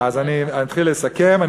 אני אתחיל לסכם.